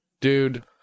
dude